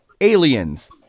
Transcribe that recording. aliens